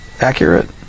accurate